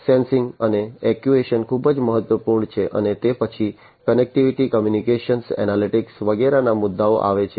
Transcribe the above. sensing અને actuation ખૂબ જ મહત્વપૂર્ણ છે અને તે પછી કનેક્ટિવિટિ કમ્યુનિકેશન એનાલિટિક્સ વગેરેના મુદ્દા આવે છે